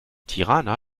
tirana